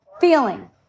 feeling